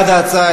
בעד ההצעה,